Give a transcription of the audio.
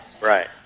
Right